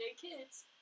kids